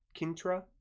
Kintra